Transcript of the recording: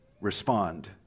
respond